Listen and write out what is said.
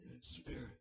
Spirit